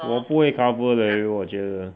我不会 cover leh 我觉得